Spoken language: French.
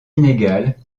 inégale